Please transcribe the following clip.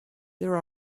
there